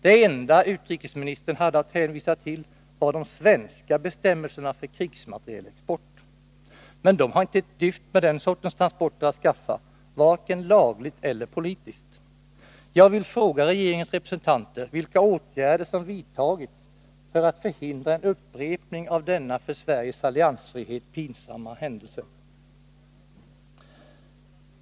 Det enda utrikesministern hade att hänvisa till var de svenska bestämmelserna för krigsmaterielexport. Men de har inte ett dyft med den sortens transporter att skaffa, varken lagligt eller politiskt. Jag vill fråga regeringens representanter vilka åtgärder som har vidtagits för att förhindra en upprepning av denna för Sveriges alliansfrihet pinsamma händelse?